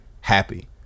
happy